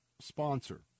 sponsor